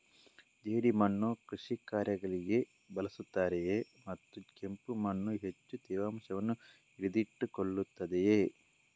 ಜೇಡಿಮಣ್ಣನ್ನು ಕೃಷಿ ಕಾರ್ಯಗಳಿಗೆ ಬಳಸುತ್ತಾರೆಯೇ ಮತ್ತು ಕೆಂಪು ಮಣ್ಣು ಹೆಚ್ಚು ತೇವಾಂಶವನ್ನು ಹಿಡಿದಿಟ್ಟುಕೊಳ್ಳುತ್ತದೆಯೇ?